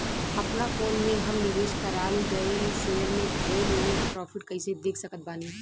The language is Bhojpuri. अपना फोन मे हम निवेश कराल गएल शेयर मे भएल नेट प्रॉफ़िट कइसे देख सकत बानी?